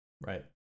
Right